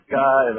guy